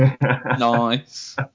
Nice